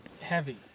Heavy